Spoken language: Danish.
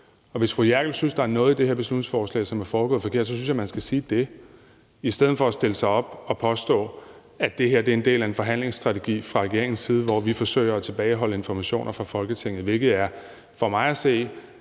synes, der er noget under behandlingen af det her beslutningsforslag, som er foregået forkert, synes jeg, at hun skal sige det, i stedet for at stille sig op og påstå, at det her er en del af en forhandlingsstrategi fra regeringens side, hvor vi forsøger at tilbageholde informationer for Folketinget, hvilket for mig at se